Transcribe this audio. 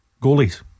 Goalies